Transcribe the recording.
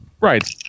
Right